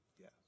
Yes